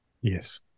Yes